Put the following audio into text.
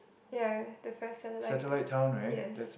ya the first satellite yes